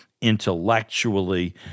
intellectually